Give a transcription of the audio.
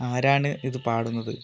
ആരാണ് ഇത് പാടുന്നത്